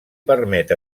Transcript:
permet